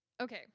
Okay